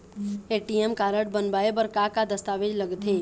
ATM card बनवाए बर का का दस्तावेज लगथे?